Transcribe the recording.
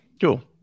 Cool